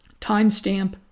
Timestamp